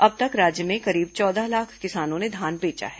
अब तक राज्य में करीब चौदह लाख किसानों ने धान बेचा है